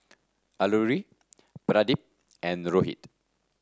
Alluri Pradip and Rohit